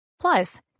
Plus